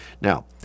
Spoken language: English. Now